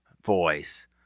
voice